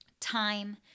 Time